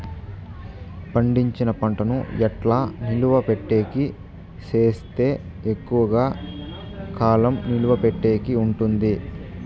పండించిన పంట ను ఎట్లా నిలువ పెట్టేకి సేస్తే ఎక్కువగా కాలం నిలువ పెట్టేకి ఉంటుంది?